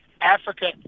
Africa